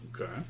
Okay